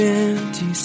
empty